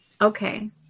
Okay